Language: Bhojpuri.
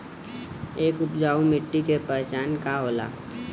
एक उपजाऊ मिट्टी के पहचान का होला?